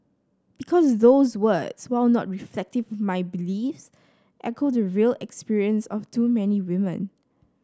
because those words while not reflective my beliefs echo the real experience of too many women